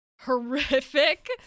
horrific